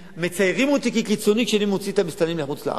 מציירים אותי כקיצוני כשאני מוציא את המסתננים לחוץ-לארץ.